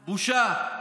בושה.